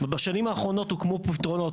בשנים האחרונות הוקמו פתרונות,